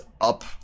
up